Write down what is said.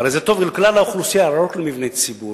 הרי זה טוב לכלל האוכלוסייה ולא רק למבני ציבור.